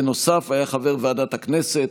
בנוסף היה חבר ועדת הכנסת,